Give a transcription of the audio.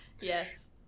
Yes